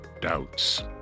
doubts